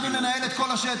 אנחנו ננהל את כל השטח,